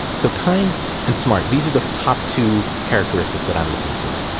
so kind and smart. these are the top two characteristics that i'm looking for.